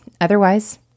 Otherwise